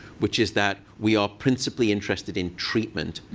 which is that we are principally interested in treatment.